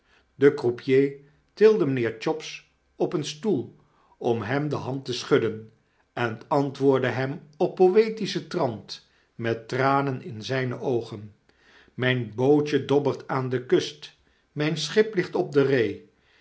de croupier tilde mynheer chops op een stoel om hem de hand te schudden en antwoordde hem op poetischen trant met tranen in zyne oogen mijn bootje dobbert aan de kust mijn schip ligt op de ree